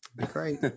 great